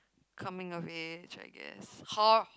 Coming of Age I guess hor~